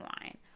wine